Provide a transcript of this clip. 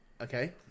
Okay